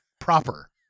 Proper